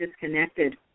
disconnected